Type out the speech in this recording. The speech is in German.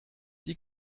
die